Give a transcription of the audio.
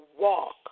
walk